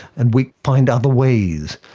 and we find other ways,